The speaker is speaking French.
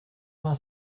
vingt